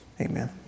Amen